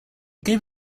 gave